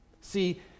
See